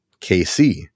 KC